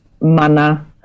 mana